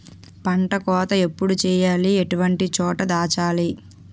పంట కోత ఎప్పుడు చేయాలి? ఎటువంటి చోట దాచాలి?